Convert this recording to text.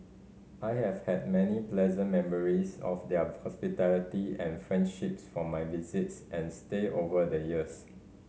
I have had many pleasant memories of their hospitality and friendships from my visits and stay over the years